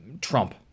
Trump